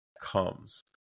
comes